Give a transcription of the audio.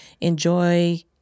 enjoy